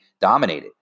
dominated